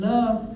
Love